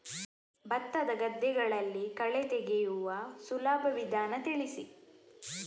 ಭತ್ತದ ಗದ್ದೆಗಳಲ್ಲಿ ಕಳೆ ತೆಗೆಯುವ ಸುಲಭ ವಿಧಾನ ತಿಳಿಸಿ?